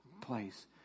place